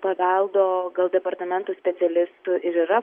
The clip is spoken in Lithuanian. paveldo gal departamentų specialistų ir yra